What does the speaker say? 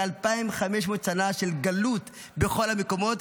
אלפיים וחמש מאות שנות גלות בכל המקומות.